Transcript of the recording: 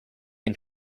can